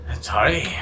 Sorry